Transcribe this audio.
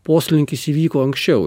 poslinkis įvyko anksčiau